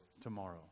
tomorrow